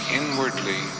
inwardly